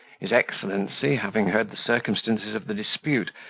his excellency, having heard the circumstances of the dispute,